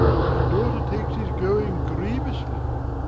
my daughter takes his going grievously.